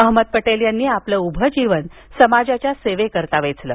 अहमद पटेल यांनी आपले उभे जीवन समाजाच्या सेवेकरीता वेचले